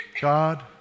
God